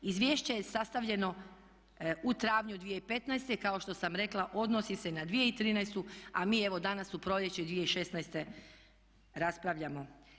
Izvješće je sastavljeno u travnju 2015.kao što sam rekla odnosi se na 2013.a mi evo danas u proljeće 2016. raspravljamo.